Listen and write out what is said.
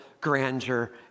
grandeur